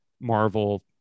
marvel